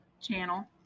channel